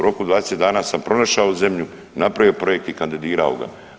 U roku 20 dana sam pronašao zemlju, napravio projekt i kandidirao ga.